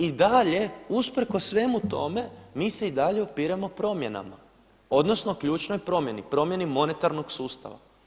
I dalje, usprkos svemu tome mi se i dalje opiremo promjenama, odnosno ključnoj promjeni, promjeni monetarnog sustava.